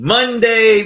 Monday